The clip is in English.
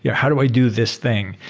yeah how do i do this thing?